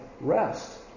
rest